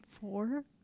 Four